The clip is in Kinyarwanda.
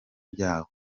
ryaho